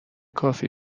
کافی